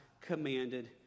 commanded